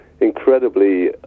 incredibly